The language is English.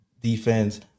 defense